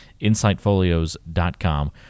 InsightFolios.com